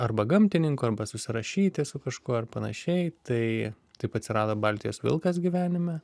arba gamtininkų arba susirašyti su kažkuo ir panašiai tai taip atsirado baltijos vilkas gyvenime